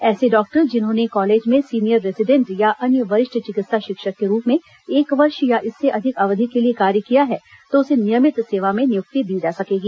ऐसे डॉक्टर जिन्होंने कॉलेज में सीनियर रेसोडेंट या अन्य वरिष्ठ चिर्कित्सा शिक्षक के रूप में एक वर्ष या इससे अधिक अवधि के लिए कार्य किया है तो उसे नियमित सेवा में नियुक्ति दी जा सकेगी